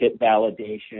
validation